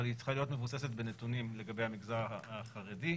אבל היא צריכה להיות מבוססת בנתונים לגבי המגזר החרדי.